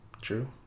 true